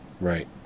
Right